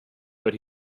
but